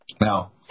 Now